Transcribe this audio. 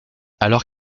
alors